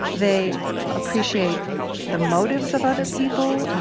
they appreciate the motives of other people.